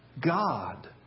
God